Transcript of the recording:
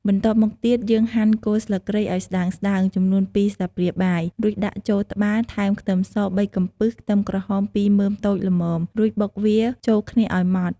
បន្ទាប់មកទៀត យើងហាន់គល់ស្លឹកគ្រៃឱ្យស្ដើងៗ ចំនួន២ស្លាបព្រាបាយ រួចដាក់ចូលត្បាល់ ថែមខ្ទឹមស ៣កំពឹស ខ្ទឹមក្រហម ២មើមតូចល្មម រួចបុកវាចូលគ្នាឱ្យម៉ដ្ដ។